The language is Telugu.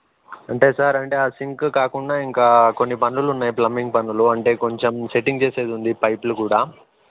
అంటే సార్ అంటే ఆ సింకు కాకుండా ఇంకా కొన్ని పనులు ఉన్నాయి ప్లంబింగ్ పనులు అంటే కొంచెం సెట్టింగ్ చేసేది ఉంది పైపులు కూడా